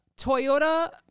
Toyota